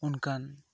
ᱚᱱᱠᱟᱱ